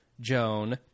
Joan